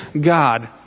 God